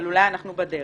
אבל אולי אנחנו בדרך.